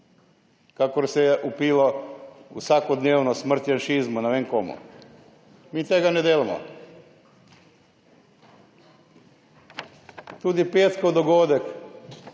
kakor se je vpilo vsakodnevno smrt Janšizma, ne vem komu. Mi tega ne delamo. Tudi petkov dogodek